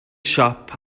siop